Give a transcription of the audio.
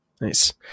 Nice